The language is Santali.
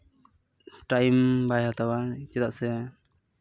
ᱴᱟᱭᱤᱢ ᱵᱟᱭ ᱦᱟᱛᱟᱣᱟ ᱪᱮᱫᱟᱜ ᱥᱮ